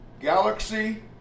galaxy